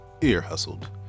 ear-hustled